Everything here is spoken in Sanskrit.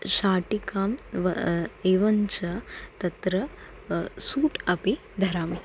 शाटिकां वा एवञ्च तत्र सूट् अपि धरामि